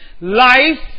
Life